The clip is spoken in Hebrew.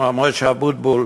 מר משה אבוטבול,